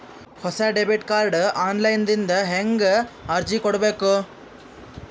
ಹೊಸ debit card online ದಿಂದ ಹೇಂಗ ಅರ್ಜಿ ಕೊಡಬೇಕು?